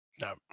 No